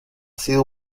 sido